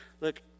Look